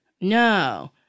No